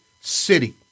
city